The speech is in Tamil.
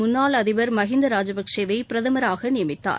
முன்னாள் அதிபர் மகிந்த ராஜபச்சேவை பிரதமராக நியமித்தார்